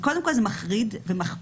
קודם כול זה מחריד ומחפיר,